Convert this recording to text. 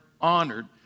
honored